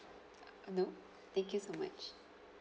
uh uh no thank you so much